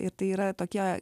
ir tai yra tokie